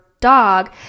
dog